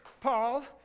Paul